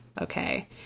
Okay